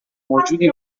موجودی